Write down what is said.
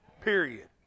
Period